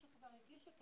שכבר הגישו?